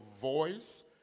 voice